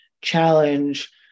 challenge